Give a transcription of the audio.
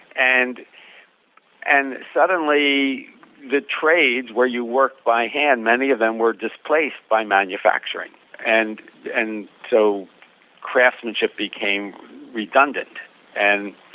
and and suddenly the trades where you work by hand many of them were displaced by manufacturing and and so craftsmanship became redundant and